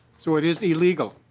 so it is illegal.